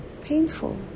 Painful